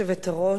כבוד היושבת-ראש,